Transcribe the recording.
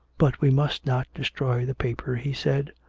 but we must not destroy the paper, he said,